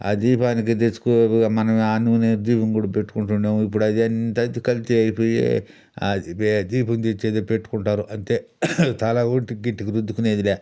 ఆ దీపానికి తెచ్చుకొనే ఆ నూనె దీపం కూడా పెట్టుకుంటున్నేము ఇప్పుడదంతా కల్తీ అయిపోయి అది దీపం తెచ్చేది పెట్టుకుంటారు అంతే తల వొంటికి గింటికి రుద్దుకొనేదిలే